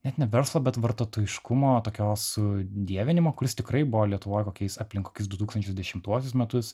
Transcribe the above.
net ne verslo bet vartotojiškumo tokios su dievinimo kuris tikrai buvo lietuvoj kokiais aplink kokius du tūkstančiai dešimtuosius metus